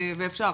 ואפשר.